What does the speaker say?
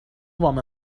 وام